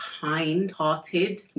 kind-hearted